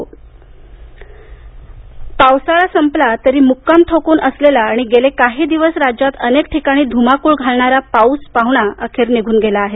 monsoon पावसाळा संपला तरी मुक्काम ठोकून असलेला आणि गेले काही दिवस राज्यात अनेक ठिकाणी ध्रुमाकूळ घालणारा पाऊस पाहुणा अखेर निघून गेला आहे